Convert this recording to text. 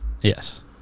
Yes